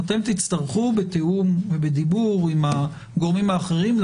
תצטרכו בתיאום ובדיבור עם הגורמים האחרים,